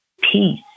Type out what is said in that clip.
peace